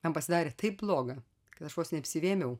man pasidarė taip bloga kad aš vos neapsivėmiau